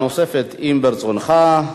אם זה רצונך,